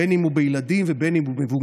בין אם הוא בילדים ובין אם הוא במבוגרים,